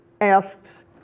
asks